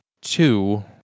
two